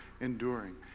enduring